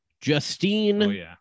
Justine